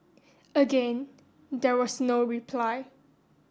again there was no reply